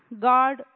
God